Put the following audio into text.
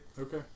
Okay